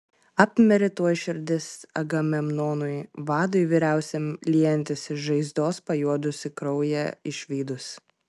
apmirė tuoj širdis agamemnonui vadui vyriausiam liejantis iš žaizdos pajuodusį kraują išvydus